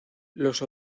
los